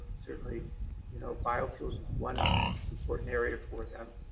certainly you know biofuels is one important area for them.